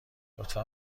لطفا